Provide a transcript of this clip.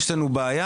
יש לנו בעיה,